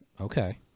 Okay